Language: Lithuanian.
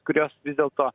kurios vis dėlto